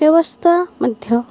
ବ୍ୟବସ୍ଥା ମଧ୍ୟ